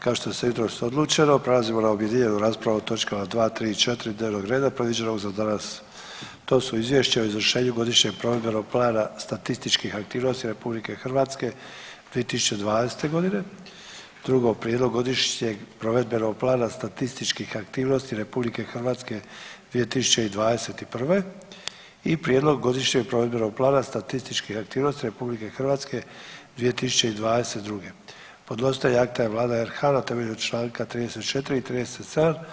Kao što je jutros odlučeno prelazimo na objedinjenu raspravu o točkama 2, 3, 4 dnevnog reda predviđenog za danas, to su: - Izvješće o izvršenju Godišnjeg provedbenog plana statističkih aktivnosti RH 2020.g. - Prijedlog godišnjeg provedbenog plana statističkih aktivnosti RH 2021.g. i - Prijedlog godišnjeg provedbenog plana statističkih aktivnosti RH 2022.g. Podnositelj akta je Vlada RH na temelju čl. 34. i 37.